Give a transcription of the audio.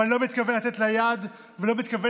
ואני לא מתכוון לתת לה יד ולא מתכוון